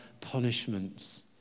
punishments